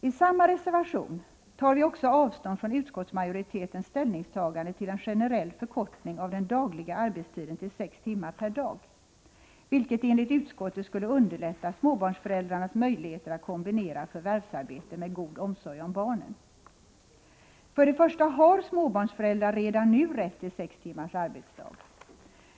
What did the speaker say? I samma reservation tar vi också avstånd från utskottsmajoritetens ställningstagande till en generell förkortning av den dagliga arbetstiden till sex timmar per dag, vilket enligt utskottet skulle underlätta småbarnsföräldrarnas möjligheter att kombinera förvärvsarbete med god omsorg om barnen. Först och främst har småbarnsföräldrar redan nu rätt till sex timmars arbetsdag.